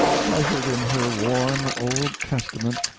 treasured in her worn, old testament,